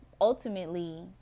ultimately